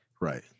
Right